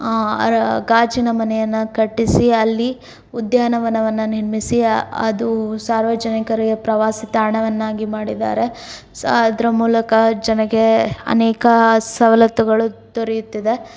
ಗಾಜಿನ ಮನೆಯನ್ನು ಕಟ್ಟಿಸಿ ಅಲ್ಲಿ ಉದ್ಯಾನವನ್ನು ನಿರ್ಮಿಸಿ ಅ ಅದು ಸಾರ್ವಜನಿಕರಿಗೆ ಪ್ರವಾಸಿ ತಾಣವನ್ನಾಗಿ ಮಾಡಿದ್ದಾರೆ ಸೊ ಅದರ ಮೂಲಕ ಜನರಿಗೆ ಅನೇಕ ಸವಲತ್ತುಗಳು ದೊರೆಯುತ್ತಿದೆ